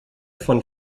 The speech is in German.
von